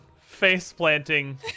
face-planting